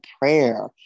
prayer